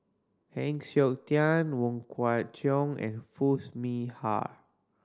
Heng Siok Tian Wong Kwei Cheong and Foo Mee Har